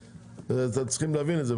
אתם צריכים להבין את זה.